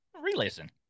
Re-listen